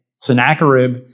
Sennacherib